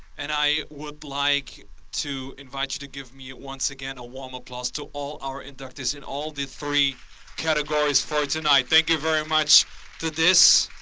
and i would like to invite you to give me once again a warm applause to all our inductees in all the three categories for tonight. thank you very much to this.